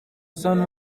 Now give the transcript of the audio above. sun